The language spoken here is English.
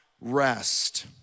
rest